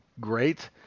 great